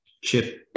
chip